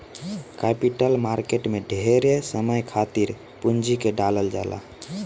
capital market में ढेरे समय खातिर पूंजी के डालल जाला